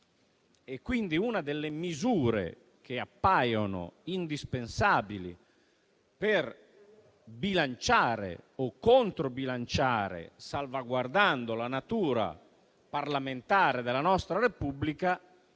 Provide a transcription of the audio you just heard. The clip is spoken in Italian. Governo. Una delle misure che appaiono indispensabili per bilanciare o controbilanciare, salvaguardando la natura parlamentare della nostra Repubblica,